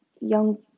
young